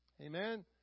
Amen